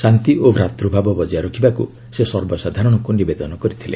ଶାନ୍ତି ଓ ଭ୍ରାତୃଭାବ ବଜାୟ ରଖିବାକୁ ସେ ସର୍ବସାଧାରଣଙ୍କୁ ନିବେଦନ କରିଥିଲେ